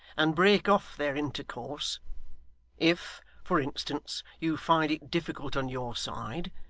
and break off their intercourse if, for instance, you find it difficult on your side,